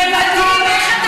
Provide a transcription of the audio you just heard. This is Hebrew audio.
מעוותות,